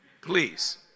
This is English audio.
please